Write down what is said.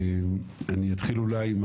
אני אתחיל אולי עם